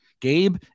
Gabe